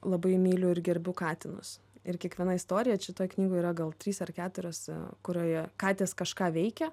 labai myliu ir gerbiu katinus ir kiekviena istorija šitoj knygoj yra gal trys ar keturios kurioje katės kažką veikia